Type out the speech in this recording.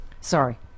Sorry